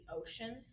ocean